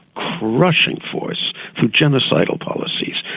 crushing force through genocidal policies.